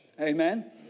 Amen